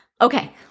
Okay